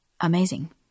Amazing